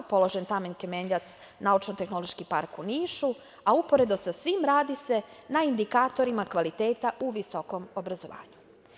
Položen je kamen temeljac za naučno-tehnološki park u Nišu, a uporedo sa svim radi se na indikatorima kvaliteta u visokom obrazovanju.